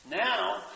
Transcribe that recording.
Now